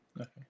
Okay